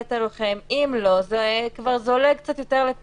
זה ניתן על ידי עמותות.